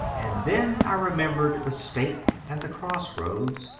and then i remembered the stake and the cross-roads,